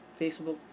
Facebook